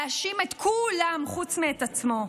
להאשים את כולם חוץ מאת עצמו.